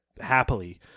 happily